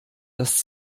das